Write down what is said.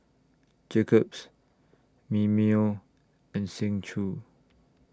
Jacob's Mimeo and Seng Choon